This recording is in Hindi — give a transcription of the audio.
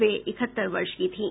वे इकहत्तर वर्ष की थीं